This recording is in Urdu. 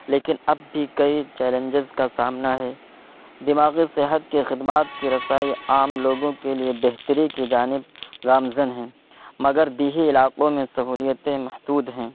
لیکن اب بھی کئی چیلنجز کا سامنا ہے دماغی صحت کے خدمات کے رسائی عام لوگوں کے لیے بہتری کی جانب گامزن ہیں مگر دیہی علاقوں میں سہولیتیں محدود ہیں